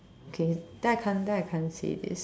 okay then I can't then I can't say this